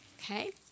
okay